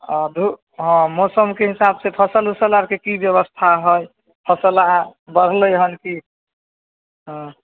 आ धू हँ मौसमके हिसाब से फसल ओसल आरके की व्यवस्था हय फसल आर बढ़लै हन कि आँ